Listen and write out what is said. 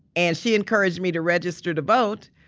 and she encouraged me to register to vote.